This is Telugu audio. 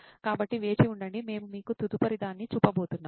కాబట్టి వేచి ఉండండి మేము మీకు తదుపరిదాన్ని చూపబోతున్నాము